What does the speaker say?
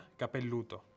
capelluto